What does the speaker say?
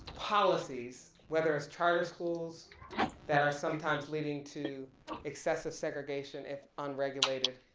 policies, whether it's charter schools that are sometimes leading to excessive segregation if unregulated.